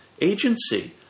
agency